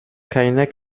keinec